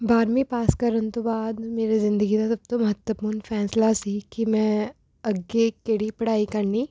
ਬਾਰ੍ਹਵੀਂ ਪਾਸ ਕਰਨ ਤੋਂ ਬਾਅਦ ਮੇਰੇ ਜ਼ਿੰਦਗੀ ਦਾ ਸਭ ਤੋਂ ਮਹੱਤਵਪੂਰਨ ਫੈਸਲਾ ਸੀ ਕਿ ਮੈਂ ਅੱਗੇ ਕਿਹੜੀ ਪੜ੍ਹਾਈ ਕਰਨੀ